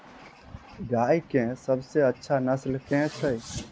गाय केँ सबसँ अच्छा नस्ल केँ छैय?